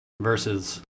versus